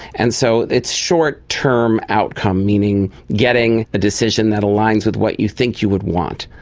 and so it's short term outcome, meaning getting a decision that aligns with what you think you would want.